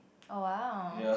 oh !wow!